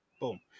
Boom